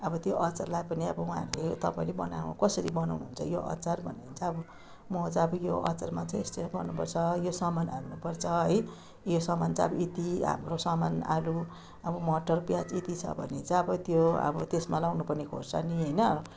अब त्यो अचारलाई पनि अब उहाँहरूले तपाईँले बना कसरी बनाउनु हुन्छ यो अचार भन्यो भने चाहिँ अब म चाहिँ अब यो अचारमा चाहिँ यस्तरी बनाउनु पर्छ यो सामान हाल्नुपर्छ है यो सामान चाहिँ अब यति हाम्रो सम्रो सामान आलु अब मटर प्याज यति छ भने चाहिँ अब त्यो अब त्यसमा लगाउनुपर्ने खोर्सानी होइन